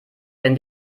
wenn